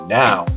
now